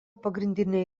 pagrindinė